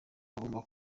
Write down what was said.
bagomba